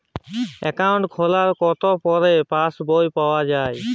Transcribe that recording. Account খোলার কতো পরে পাস বই পাওয়া য়ায়?